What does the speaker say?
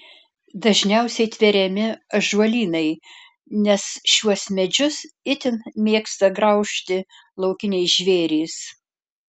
dažniausiai tveriami ąžuolynai nes šiuos medžius itin mėgsta graužti laukiniai žvėrys